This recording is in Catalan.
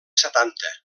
setanta